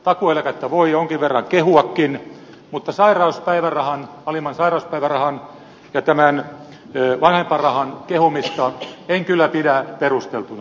takuueläkettä voi jonkin verran kehuakin mutta alimman sairauspäivärahan ja vanhempainrahan kehumista en kyllä pidä perusteltuna